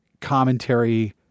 commentary